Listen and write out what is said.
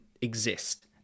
exist